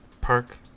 park